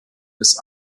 des